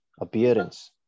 appearance